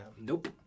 Nope